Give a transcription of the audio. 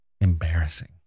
embarrassing